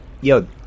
yo